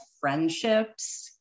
friendships